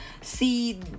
see